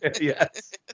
Yes